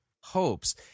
hopes